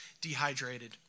dehydrated